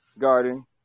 Garden